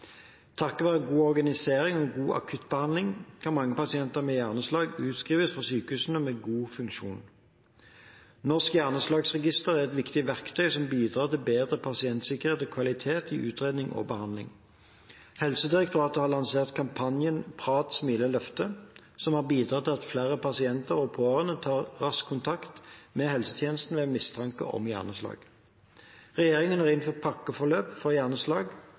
Takket være god organisering og god akuttbehandling kan mange pasienter med hjerneslag utskrives fra sykehuset med god funksjon. Norsk hjerneslagregister er et viktig verktøy som bidrar til bedre pasientsikkerhet og kvalitet i utredning og behandling. Helsedirektoratet har lansert kampanjen prate-smile-løfte som har bidratt til at flere pasienter og pårørende tar rask kontakt med helsetjenesten ved mistanke om hjerneslag. Regjeringen har innført pakkeforløp for hjerneslag